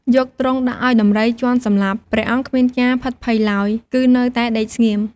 យកទ្រង់ដាក់ឲ្យដំរីជាន់សម្លាប់ ព្រះអង្គគ្មានការភិតភ័យឡើយ គឺនៅតែដេកស្ងៀម។